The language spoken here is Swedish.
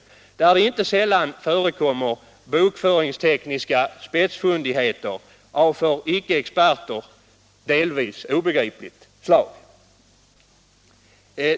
Där förekommer det ju inte sällan bokföringstekniska spetsfundigheter av för icke experter delvis obegripligt slag.